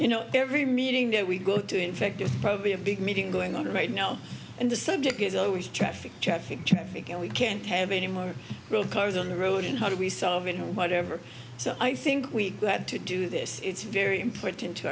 you know every meeting that we go to in fact it's probably a big meeting going on right now and the subject is always traffic traffic jam and we can't have any more cars on the road and how do we solve it whatever so i think we had to do this it's very important to